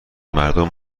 مردم